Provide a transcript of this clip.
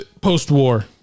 post-war